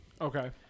Okay